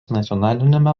nacionaliniame